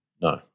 no